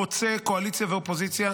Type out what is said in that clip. חוצה קואליציה ואופוזיציה,